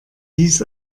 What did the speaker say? dies